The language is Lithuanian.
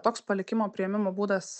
toks palikimo priėmimo būdas